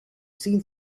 seen